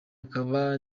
akaba